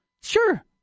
sure